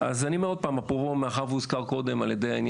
אז אני אומר עוד פעם: מאחר שהוזכר קודם על ידי,